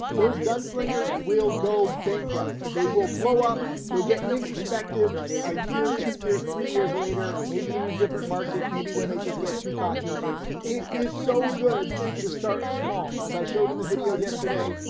those gunslingers will go bankrupt, they will blow up, they'll get introspective a year, two years, three years later, maybe in a different market. maybe when they just get too cocky it is so good to start small. as i showed in the video yesterday,